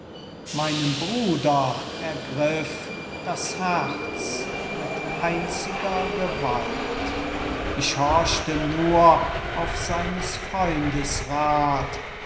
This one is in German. meinen bruder ergriff das herz mit einziger gewalt ich horchte nur auf seines freundes